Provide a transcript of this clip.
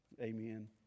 Amen